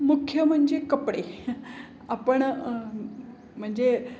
मुख्य म्हणजे कपडे आपण म्हणजे